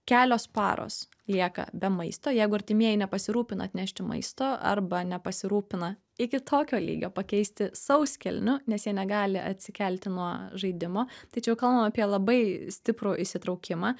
kelios paros lieka be maisto jeigu artimieji nepasirūpina atnešti maisto arba nepasirūpina iki tokio lygio pakeisti sauskelnių nes jie negali atsikelti nuo žaidimo tai čia jau kalbam apie labai stiprų įsitraukimą